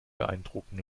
beeindrucken